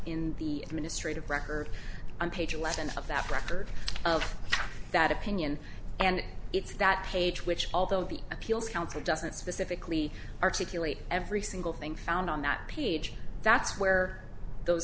in the ministry to record on page eleven of that record of that opinion and it's that page which although the appeals council doesn't specifically articulate every single thing found on that page that's where those